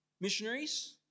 missionaries